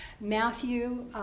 Matthew